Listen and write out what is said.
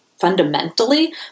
fundamentally